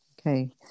Okay